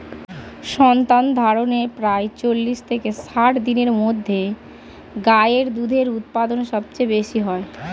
সন্তানধারণের প্রায় চল্লিশ থেকে ষাট দিনের মধ্যে গাই এর দুধের উৎপাদন সবচেয়ে বেশী হয়